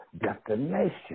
destination